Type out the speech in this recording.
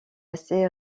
assez